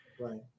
Right